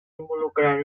involucrar